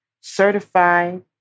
certified